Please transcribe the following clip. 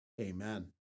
Amen